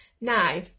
Now